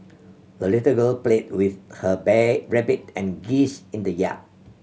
the little girl played with her rabbit and geese in the yard